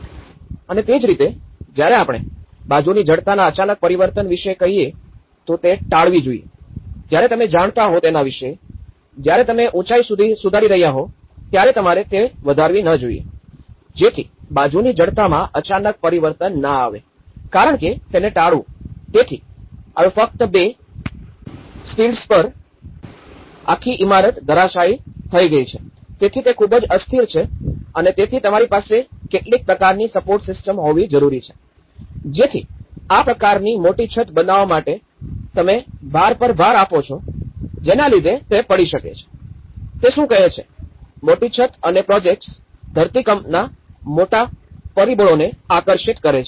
અને તે જ રીતે જ્યારે આપણે બાજુની જડતાના અચાનક પરિવર્તન વિશે કહીયે તો તેને ટાળવી જોઈએ જ્યારે તમે જાણતા હો તેના વિશે જ્યારે તમે ઉંચાઈ સુધારી રહ્યા હો ત્યારે તમારે તે વધારવી ન જોઈએ જેથી બાજુની જડતામાં અચાનક પરિવર્તન ના આવે કારણ કે તેને ટાળવું તેથી હવે ફક્ત બે સ્ટિલ્ટ્સ પર આખી ઇમારત ધરાશાયી થઈ ગઈ છે તેથી તે ખૂબ જ અસ્થિર છે અને તેથી તમારી પાસે કેટલીક પ્રકારની સપોર્ટ સિસ્ટમ હોવી જરૂરી છે કે જેથી આ પ્રકારની મોટી છત બનાવવા માટે તમે ભાર પાર ભાર આપો છો જેના લીધે તે પડી શકે છે તે શું કહે છે મોટી છત અને પ્રોજેક્ટ્સ ધરતીકંપના મોટા પરિબળોને આકર્ષિત કરે છે